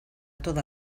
toda